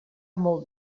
molt